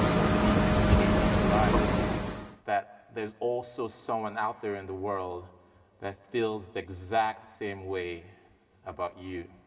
you believe you can change your life that there's also someone out there in the world that feels the exact same way about you,